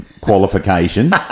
qualification